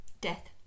Death